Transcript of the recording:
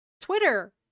Twitter